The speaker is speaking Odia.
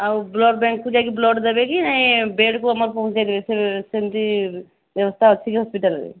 ଆଉ ବ୍ଳଡ଼୍ ବ୍ୟାଙ୍କ୍କୁ ଯାଇକି ବ୍ଳଡ଼୍ ଦେବେ କି ନାଇଁ ବେଡ଼୍କୁ ଆମର ପହଞ୍ଚେଇ ଦେବେ ସେ ସେମିତି ବ୍ୟବସ୍ଥା ଅଛି କି ହସ୍ପିଟାଲ୍ରେ